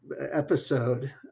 episode